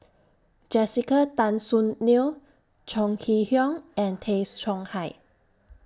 Jessica Tan Soon Neo Chong Kee Hiong and Tay Chong Hai